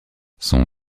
son